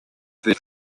their